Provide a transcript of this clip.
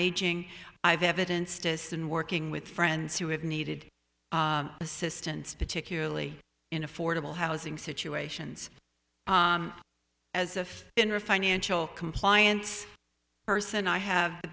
aging i've evidence just in working with friends who have needed assistance particularly in affordable housing situations as if you're a financial compliance person i have the